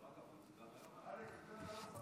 דרך אגב, גם היום זה קרה.